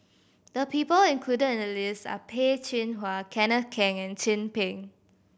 the people included in the list are Peh Chin Hua Kenneth Keng and Chin Peng